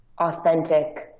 authentic